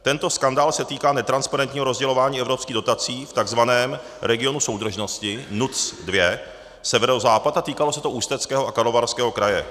Tento skandál se týká netransparentního rozdělování evropských dotací v takzvaném regionu soudržnosti NUTS 2 Severozápad a týkalo se to Ústeckého a Karlovarského kraje.